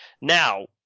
Now